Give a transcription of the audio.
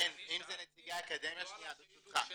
בין אם זה נציגי אקדמיה --- לא ענית לי על השאלה.